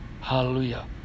hallelujah